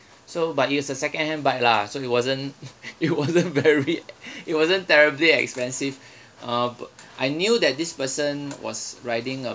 so but it's a secondhand bike lah so it wasn't it wasn't very it wasn't terribly expensive uh b~ I knew that this person was riding a